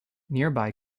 nearby